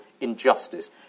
injustice